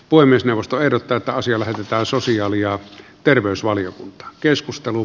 puhemiesneuvosto ehdottaa että asia lähetetään sosiaali ja terveysvaliokuntaan